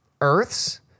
Earths